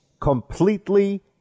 completely